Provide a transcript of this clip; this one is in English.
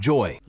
Joy